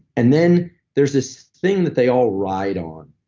and then there's this thing that they all ride on,